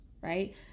right